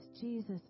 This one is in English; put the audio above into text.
Jesus